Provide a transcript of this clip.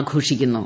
ആഘോഷിക്കുന്നു